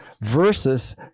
versus